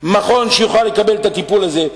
מכון שבו הוא יוכל לקבל את הטיפול הזה?